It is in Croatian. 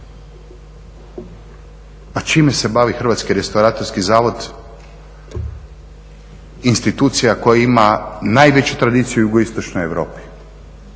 Pa čime se bavi Hrvatski restauratorski zavod, institucija koja ima najveću tradiciju u jugoistočnoj Europi